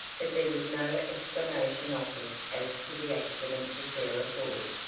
but there was no explanation offered as to the accident to sarah ford.